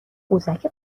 قوزک